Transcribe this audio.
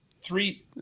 three